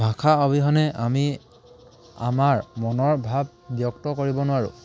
ভাষা অবিহনে আমি আমাৰ মনৰ ভাৱ ব্যক্ত কৰিব নোৱাৰোঁ